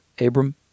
Abram